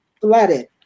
flooded